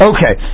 Okay